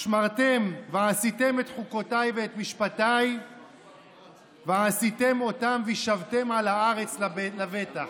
ושמרתם "ועשיתם את חֻקֹּתי ואת משפטי ועשיתם אֹתם וישבתם על הארץ לבטח".